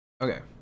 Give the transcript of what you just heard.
Okay